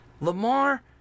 Lamar